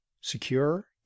secure